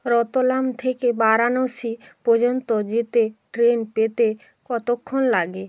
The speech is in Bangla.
রতলাম থেকে বারাণসী পর্যন্ত যেতে ট্রেন পেতে কতোক্ষণ লাগে